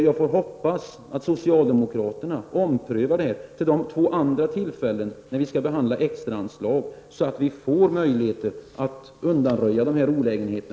Jag hoppas att socialdemokraterna omprövar sin inställning i denna fråga till de två andra tillfällen då vi skall behandla förslag om extra anslag, så att vi får möjlighet att undanröja dessa olägenheter.